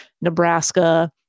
Nebraska